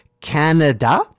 Canada